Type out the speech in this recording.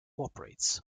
operates